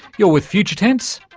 you're with future tense,